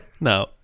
No